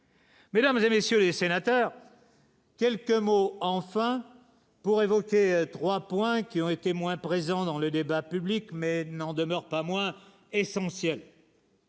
Mesdames et messieurs les sénateurs. Quelqu'un mot enfin pour évoquer 3 points qui ont été moins présent dans le débat public mais non. Demeurent pas moins essentiel